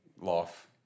life